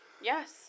Yes